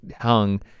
hung